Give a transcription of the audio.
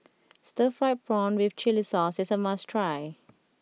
Stir Fried Prawn with Chili Sauce is a must try